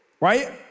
Right